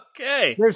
Okay